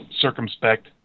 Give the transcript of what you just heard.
circumspect